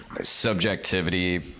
subjectivity